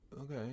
okay